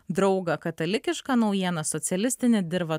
draugą katalikišką naujieną socialistinę dirvą